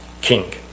king